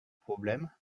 problème